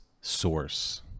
source